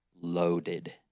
loaded